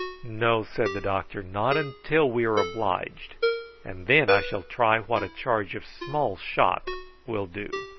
no, said the doctor, not until we are obliged and then i shall try what a charge of small shot will do.